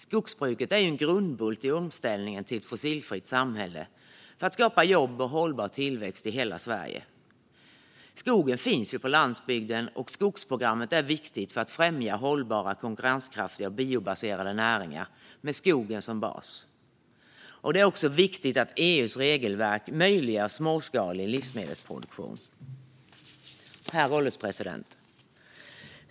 Skogsbruket är en grundbult i omställningen till ett fossilfritt samhälle för att skapa jobb och hållbar tillväxt i hela Sverige. Skogen finns ju på landsbygden, och skogsprogrammet är viktigt för att främja hållbara, konkurrenskraftiga och biobaserade näringar med skogen som bas. Det är också viktigt att EU:s regelverk möjliggör småskalig livsmedelsproduktion. Herr ålderspresident!